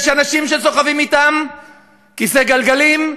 יש אנשים שסוחבים אתם כיסא גלגלים,